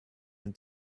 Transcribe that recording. and